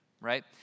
right